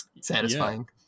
satisfying